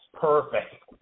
perfect